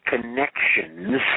connections